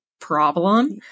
problem